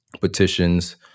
petitions